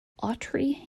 autry